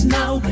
now